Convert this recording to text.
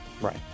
Right